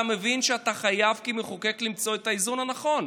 אתה מבין שאתה חייב כמחוקק למצוא את האיזון הנכון.